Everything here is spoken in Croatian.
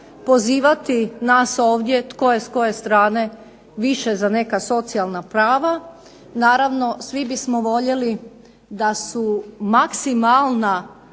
pozivati nas ovdje tko je s koje strane više za neka socijalna prava. Naravno, svi bismo voljeli da su maksimalna